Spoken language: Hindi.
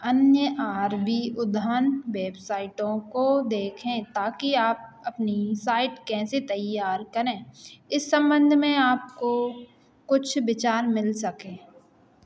अन्य आर वी उद्यान वेबसाइटों को देखें ताकि आप अपनी साइट कैसे तैयार करें इस सम्बन्ध में आपको कुछ विचार मिल सके